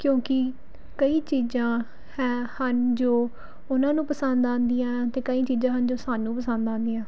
ਕਿਉਂਕਿ ਕਈ ਚੀਜ਼ਾਂ ਹੈ ਹਨ ਜੋ ਉਹਨਾਂ ਨੂੰ ਪਸੰਦ ਆਉਂਦੀਆਂ ਅਤੇ ਕਈ ਚੀਜ਼ਾਂ ਹਨ ਜੋ ਸਾਨੂੰ ਪਸੰਦ ਆਉਂਦੀਆਂ